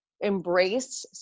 embrace